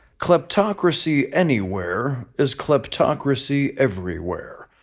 kleptocracy anywhere is kleptocracy everywhere,